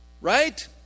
Right